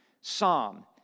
psalm